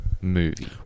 movie